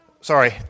Sorry